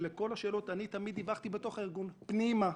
אני תמיד דיווחתי בתוך הארגון פנימה.